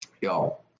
y'all